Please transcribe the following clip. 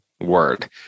word